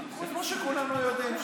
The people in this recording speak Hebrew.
כמו שכולנו יודעים,